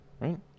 right